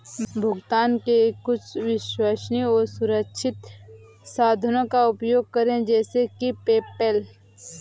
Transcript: भुगतान के कुछ विश्वसनीय और सुरक्षित साधनों का उपयोग करें जैसे कि पेपैल